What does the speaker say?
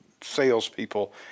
salespeople